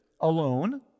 alone